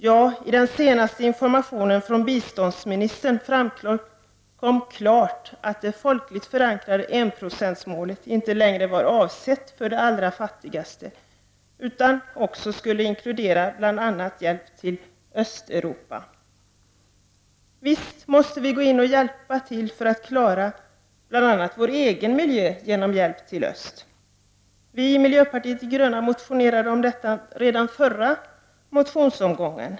Ja, i den senaste informationen från biståndsministern framkom klart att det folkligt förankrade enprocentsmålet inte längre var avsett för de allra fattigaste, utan också skulle inkludera hjälp till bl.a. Östeuropa. Visst måste vi gå in och hjälpa till för att klara bl.a. vår egen miljö genom hjälp till öst. Vi i miljöpartiet de gröna motionerade om detta redan förra motionsomgången.